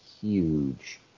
huge